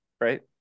right